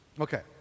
Okay